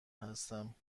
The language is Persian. هستم